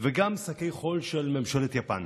וגם שקי חול של ממשלת יפן.